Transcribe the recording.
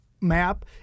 map